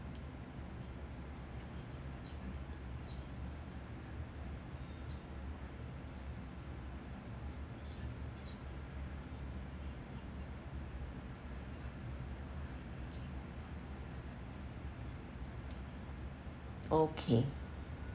okay